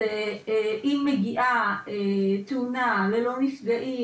אם מגיעה תאונה ללא נפגעים,